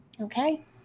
Okay